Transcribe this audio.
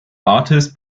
artists